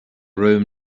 room